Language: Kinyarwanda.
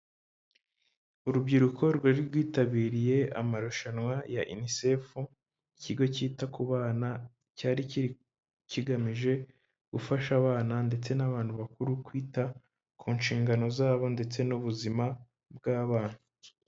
Urubyiruko rwari rwitabiriye amarushanwa ya UNICEF, ikigo cyita ku bana, cyari kigamije gufasha abana ndetse n'abantu bakuru kwita ku nshingano zabo ndetse n'ubuzima bw'abana.